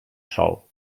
sol